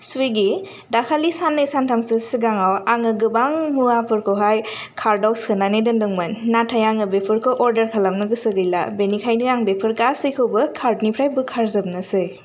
सुइगि दाखालि साननै सानथामसो सिगाङाव आङो गोबां मुवाफोरखौहाय कार्टआव सोनानै दोन्दोंमोन नाथाय आङो बेफोरखौ अरदार खालामनो गोसो गैला बेनिखायनो आं बेफोरखौ गासैखौबो कार्टनिफ्राय बोखारजोबनोसै